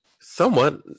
Somewhat